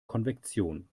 konvektion